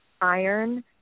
iron